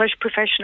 professional